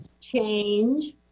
change